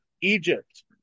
Egypt